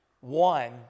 one